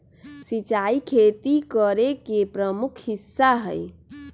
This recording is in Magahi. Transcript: सिंचाई खेती करे के प्रमुख हिस्सा हई